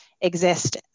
exist